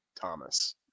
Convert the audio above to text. Thomas